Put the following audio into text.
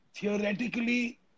theoretically